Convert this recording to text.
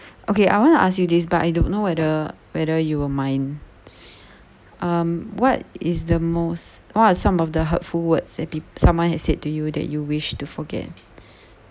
okay I want to ask you this but I don't know whether whether you will mind um what is the most or some of the hurtful words that peo~ someone had said to you that you wish to forget